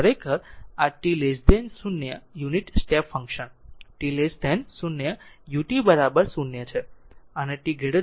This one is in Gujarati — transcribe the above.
ખરેખર આ t 0 unit step function t 0 ut 0 છે